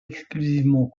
exclusivement